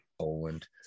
Poland